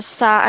sa